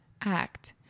act